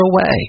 away